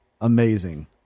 Amazing